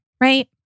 Right